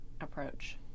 approach